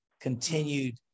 continued